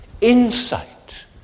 insight